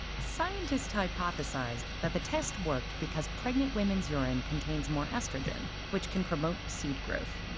scientists hypothesized that the test worked because pregnant women's urine contains more estrogen, which can promote seed growth.